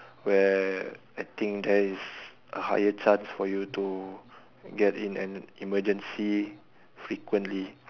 where I think there is higher chance for you to get in an emergency frequently